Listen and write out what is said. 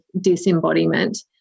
disembodiment